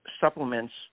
supplements